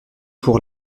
pour